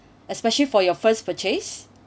especially for your first purchase